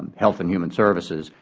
health and human services,